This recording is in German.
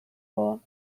vor